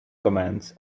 comments